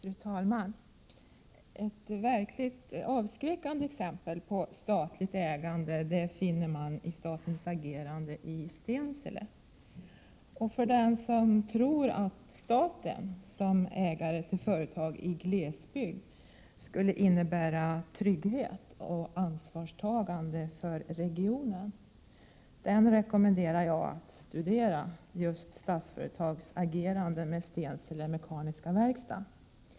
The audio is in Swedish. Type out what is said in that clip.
Fru talman! Ett verkligt avskräckande exempel på statligt ägande finner man i statens agerande i Stensele. Den som tror att staten, som ägare till företag i glesbygd, skulle innebära trygghet och ansvarstagande för regionen rekommenderar jag att studera Statsföretags agerande med Stensele Mekaniska Verkstad.